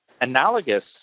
analogous